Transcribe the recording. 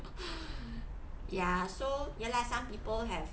ya so ya lah some people have